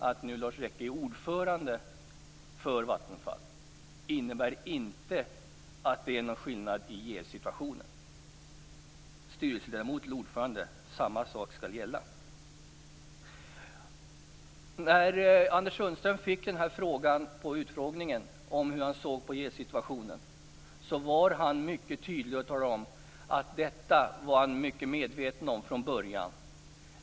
Att nu Lars Rekke är ordförande i Vattenfalls styrelse innebär inte någon skillnad i fråga om jävssituationen. Från styrelseledamot till ordförande skall samma sak gälla. När Anders Sundström på utfrågningen fick frågan om hur han såg på jävssituationen var han mycket tydlig. Han sade att han var mycket medveten om detta redan från början.